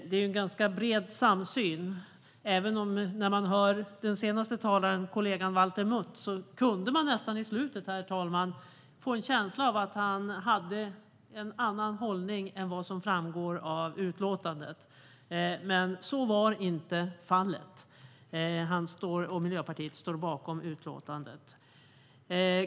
Det är en ganska bred samsyn i utskottet, även om man i slutet av kollegan Valter Mutts anförande nästan kunde få intrycket att han har en annan hållning än vad som framgår av utlåtandet. Men så är inte fallet. Han och Miljöpartiet står bakom förslaget i utlåtandet.